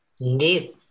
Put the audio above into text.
Indeed